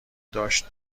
داشت